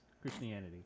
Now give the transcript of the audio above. Christianity